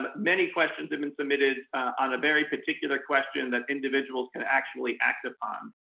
but many questions have been submitted on a very particular question that individuals can actually act upon.